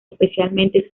especialmente